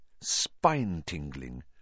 spine-tingling